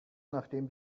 nachdem